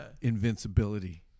invincibility